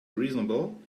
reasonable